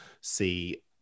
see